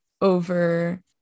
over